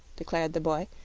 declared the boy,